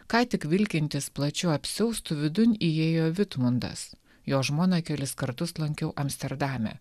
ką tik vilkintis plačiu apsiaustu vidun įėjo vitmundas jo žmoną kelis kartus lankiau amsterdame